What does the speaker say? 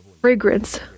fragrance